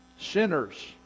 Sinners